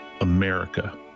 America